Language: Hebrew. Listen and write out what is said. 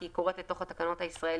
כי היא כורכת לתוך התקנות הישראליות